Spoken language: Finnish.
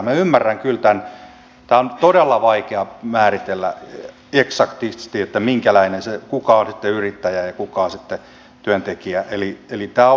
minä ymmärrän kyllä tämän tämä on todella vaikea määritellä eksaktisti kuka on sitten yrittäjä ja kuka on työntekijä eli tämä on vaikeaa